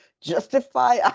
justify